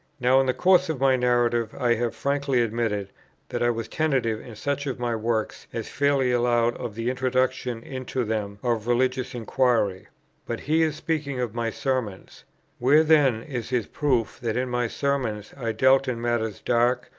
now, in the course of my narrative, i have frankly admitted that i was tentative in such of my works as fairly allowed of the introduction into them of religious inquiry but he is speaking of my sermons where, then, is his proof that in my sermons i dealt in matters dark,